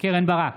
קרן ברק,